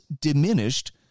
diminished